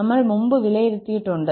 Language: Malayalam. നമ്മൾ മുമ്പ് വിലയിരുത്തിയിട്ടുണ്ട്